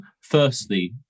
firstly